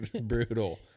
brutal